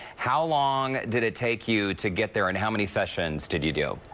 how long did it take you to get there and how many sessions did you do?